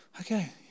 Okay